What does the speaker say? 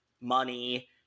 money